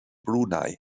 brunei